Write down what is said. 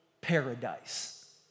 paradise